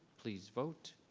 please vote.